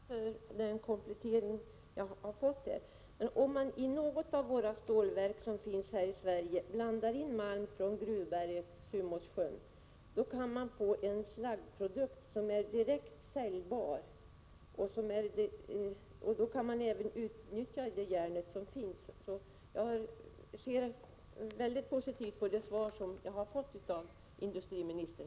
Herr talman! Jag vill tacka för den komplettering jag här har fått. Om man i något av de stålverk som finns här i Sverige blandar in malm från Sumåssjön i Gruvberget, kan man få en slaggprodukt som är direkt säljbar. Då kan man även utnyttja det järn som finns där. Jag ser således mycket positivt på det svar som jag här har fått av industriministern.